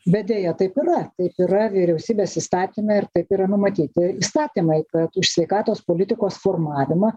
bet deja taip yra taip yra vyriausybės įstatyme ir taip yra numatyti įstatymai kad už sveikatos politikos formavimą